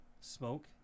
smoke